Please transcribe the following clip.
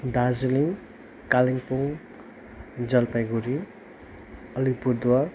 Darjeeling Kalimpong Jalpaiguri Alipurduar